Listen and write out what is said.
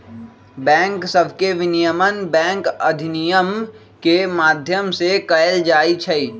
bank सभके विनियमन bank अधिनियम के माध्यम से कएल जाइ छइ